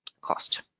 cost